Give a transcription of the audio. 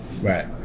right